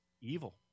Evil